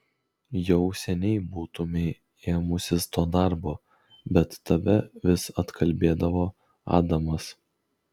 jau seniai būtumei ėmusis to darbo bet tave vis atkalbėdavo adamas